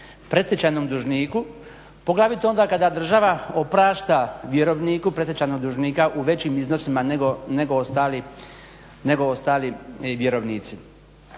predstečajnom dužniku poglavito onda kada država oprašta vjerovniku predstečajnog dužnika u većim iznosima nego ostali vjerovnici.